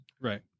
Right